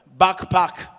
backpack